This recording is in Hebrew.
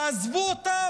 תעזבו אותם,